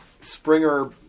Springer